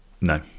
No